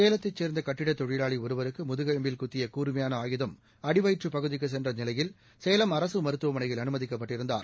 சேலத்தைச் சேர்ந்த கட்டிட தொழிலாளி ஒருவருக்கு முதுகெலும்பில் குத்திய கூர்மையான ஆயுதம் அடி வயிற்றுப் பகுதிக்குச் சென்ற நிலையில் சேலம் அரசு மருத்துவனையில் அனுமதிக்கப்பட்டிருந்தார்